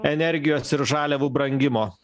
energijos ir žaliavų brangimo